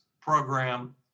program